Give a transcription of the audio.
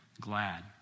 glad